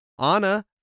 Anna